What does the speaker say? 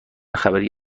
خبری